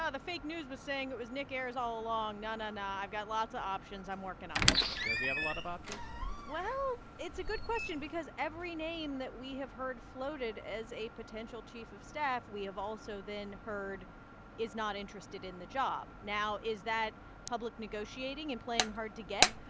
ah the fake news was saying it was nick ayers all along. no, no, no, i've got lots of options. i'm working on it does he have a lot of options? well, it's a good question because every name that we have heard floated as a potential chief of staff we have also then heard is not interested in the job. now, is that public negotiating and playing hard to get,